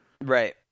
Right